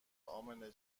امنه